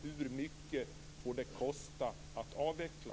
Hur mycket får det kosta att avveckla?